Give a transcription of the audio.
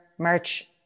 merch